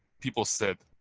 people said,